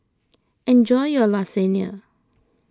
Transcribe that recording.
enjoy your Lasagne